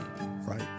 right